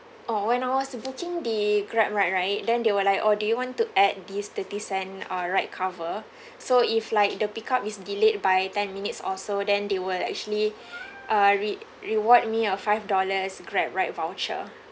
oh when I was the booking the Grab ride right then they will like oh you want to add these thirty cent uh right cover so if like the pickup is delayed by ten minutes or so then they will actually uh re~ reward me a five dollars Grab ride voucher